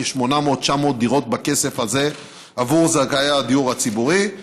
כ-800 900 דירות בכסף הזה עבור זכאי הדיור הציבורי.